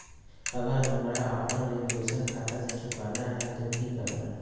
अगर हमरा अपन ऋण दोसर खाता से चुकाना है तो कि करना है?